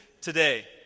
today